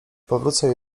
powrócę